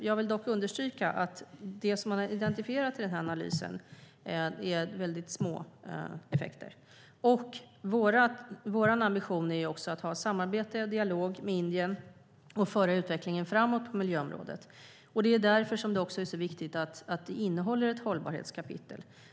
Jag vill dock understryka att de effekter man har identifierat i analysen är väldigt små. Vår ambition är att ha samarbete och dialog med Indien och föra utvecklingen framåt på miljöområdet. Det är därför det är viktigt att det finns ett hållbarhetskapitel.